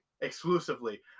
Exclusively